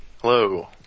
Hello